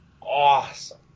awesome